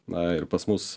na ir pas mus